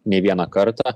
nei vieną kartą